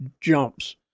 jumps